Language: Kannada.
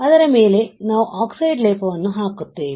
ಅದರ ಮೇಲೆ ನಾವು ಆಕ್ಸೈಡ್ ಲೇಪವನ್ನು ಹಾಕುತ್ತೇವೆ